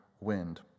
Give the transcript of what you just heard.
wind